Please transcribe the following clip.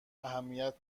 اهمیت